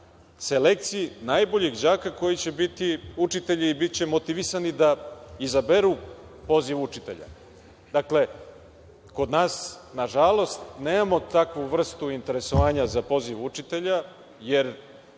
selekciji najboljih đaka koji će biti učitelji i biće motivisani da izaberu poziv učitelja. Dakle, kod nas, nažalost, nemamo takvu vrstu interesovanja za poziv učitelja, jer